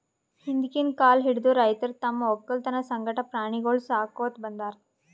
ಹಿಂದ್ಕಿನ್ ಕಾಲ್ ಹಿಡದು ರೈತರ್ ತಮ್ಮ್ ವಕ್ಕಲತನ್ ಸಂಗಟ ಪ್ರಾಣಿಗೊಳಿಗ್ ಸಾಕೋತ್ ಬಂದಾರ್